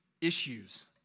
issues